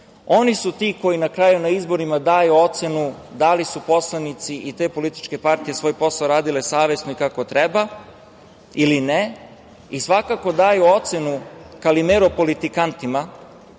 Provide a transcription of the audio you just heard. Oni su ti koji na kraju na izborima daju ocenu da li su poslanici i te političke partije svoj posao radile savesno i kako treba ili ne i svakako daju ocenu „kalimero“ politikantima